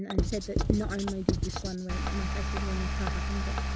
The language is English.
and, and said that not only did this one where my face would ruin their car happen, but,